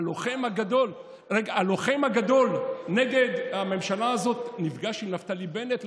הלוחם הגדול נגד הממשלה הזאת, נפגש עם נפתלי בנט?